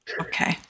Okay